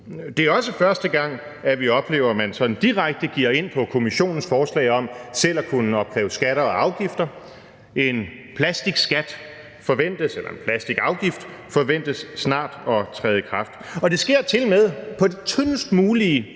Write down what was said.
Det er også første gang, at vi oplever, at man sådan direkte giver ind på Kommissionens forslag om selv at kunne opkræve skatter og afgifter. En plastikskat, eller en plastikafgift, forventes snart at træde i kraft, og det sker tilmed på det tyndest mulige